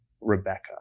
Rebecca